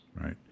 right